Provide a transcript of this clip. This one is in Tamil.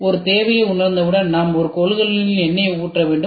ஒரு தேவையை உணர்ந்தவுடன் நாம் ஒரு கொள்கலனில் எண்ணெயை ஊற்ற வேண்டும்